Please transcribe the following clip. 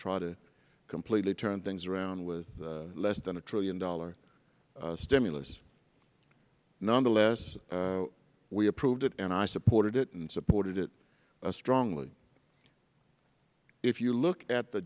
try to completely turn things around with less than a trillion dollar stimulus nonetheless we approved it and i supported it and supported it strongly if you look at the